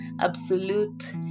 absolute